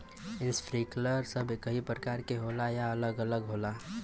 Sprinkler सब एकही प्रकार के होला या अलग अलग होला?